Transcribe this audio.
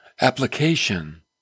application